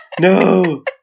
No